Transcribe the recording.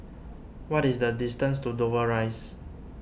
what is the distance to Dover Rise